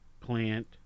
plant